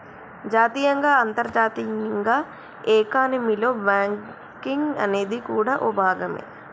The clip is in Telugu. జాతీయంగా అంతర్జాతీయంగా ఎకానమీలో బ్యాంకింగ్ అనేది కూడా ఓ భాగమే